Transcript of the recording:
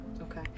Okay